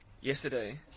Yesterday